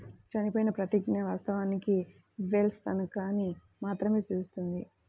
చనిపోయిన ప్రతిజ్ఞ, వాస్తవానికి వెల్ష్ తనఖాని మాత్రమే సూచిస్తుంది